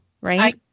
Right